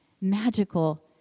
magical